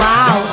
Wow